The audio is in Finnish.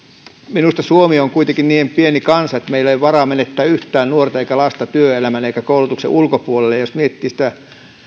minusta suomi on kuitenkin niin pieni kansa että meillä ei ole varaa menettää yhtään nuorta tai lasta työelämän ja koulutuksen ulkopuolelle ja jos miettii sitä